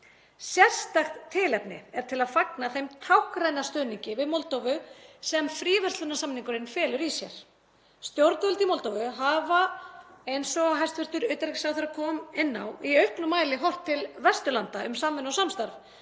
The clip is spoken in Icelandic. Sérstakt tilefni er til að fagna þeim táknræna stuðningi við Moldóvu sem fríverslunarsamningurinn felur í sér. Stjórnvöld í Moldóvu hafa, eins og hæstv. utanríkisráðherra kom inn á, í auknum mæli horft til Vesturlanda um samvinnu og samstarf